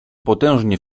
potężnie